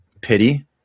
pity